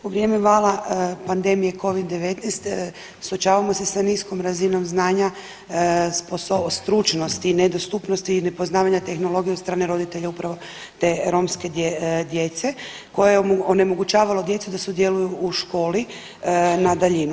U vrijeme vala pandemije covid 19 suočavamo se sa niskom razinom znanja o stručnosti i nedostupnosti i nepoznavanja tehnologije od strane roditelja upravo te romske djece koje je onemogućavalo djeci da sudjeluju u školi na daljinu.